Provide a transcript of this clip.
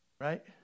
Right